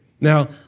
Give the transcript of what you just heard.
Now